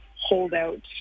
holdout